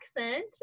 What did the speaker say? accent